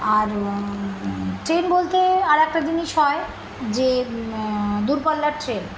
আর train বলতে আরে একটা জিনিস হয় যে দূরপল্লার ট্রেন